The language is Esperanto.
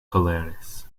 koleris